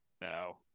No